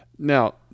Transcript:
Now